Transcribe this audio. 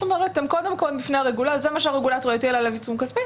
זה מה שהרגולטור הטיל עליו עיצום כספי,